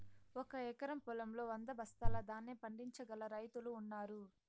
ఒక ఎకరం పొలంలో వంద బస్తాల ధాన్యం పండించగల రైతులు ఉన్నారు